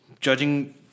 Judging